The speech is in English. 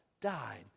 died